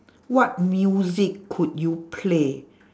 what music could you play